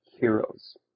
heroes